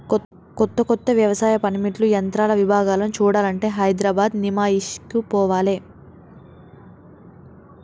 కొత్త కొత్త వ్యవసాయ పనిముట్లు యంత్రాల విభాగాలను చూడాలంటే హైదరాబాద్ నిమాయిష్ కు పోవాలే